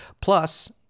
plus